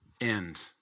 end